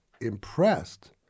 impressed